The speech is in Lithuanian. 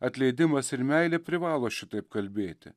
atleidimas ir meilė privalo šitaip kalbėti